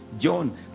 John